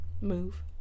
move